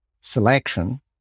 selection